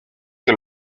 que